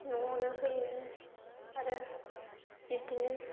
न'आवनो होयो आरो बिबदिनो